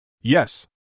Yes